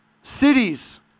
Cities